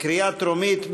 בקריאה טרומית.